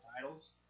titles